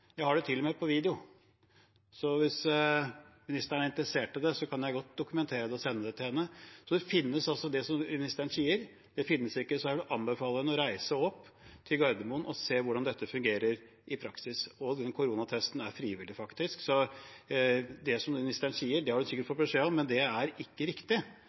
Jeg har det til og med på video. Så hvis ministeren er interessert i det, kan jeg godt dokumentere det og sende det til henne. Det finnes ikke, sier ministeren, så jeg vil anbefale henne å reise opp til Gardermoen og se hvordan dette fungerer i praksis. Den koronatesten er faktisk frivillig. Det ministeren sier, har hun sikkert fått beskjed om, men det er ikke riktig.